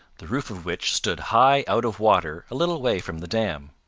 the roof of which stood high out of water a little way from the dam.